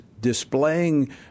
displaying